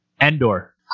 Endor